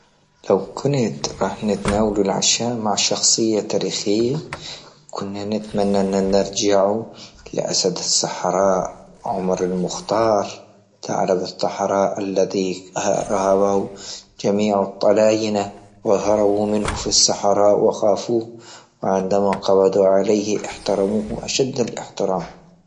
لو كنت راح توقينة نتناول العشاء مع شخصية تاريخية، كنا نتمنى أن نرجع لأسد الصحراء عمر المختار، ثعلب الثحراء الذي يهابه جميع الطلاينة وهربوا منه في الصحراء وخافوا عندما قبضوا عليه إحترموه أشد إحترام.